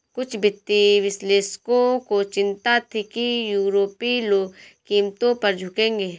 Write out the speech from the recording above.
कुछ वित्तीय विश्लेषकों को चिंता थी कि यूरोपीय लोग कीमतों पर झुकेंगे